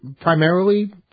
primarily